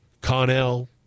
Connell